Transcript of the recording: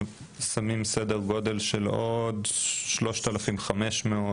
שמים סדר גודל של עוד כ-3,500 מלגות.